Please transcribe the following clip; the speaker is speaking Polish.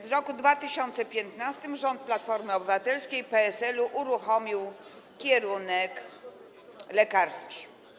W roku 2015 rząd Platformy Obywatelskiej i PSL-u uruchomił kierunek lekarski.